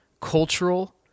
cultural